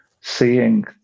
seeing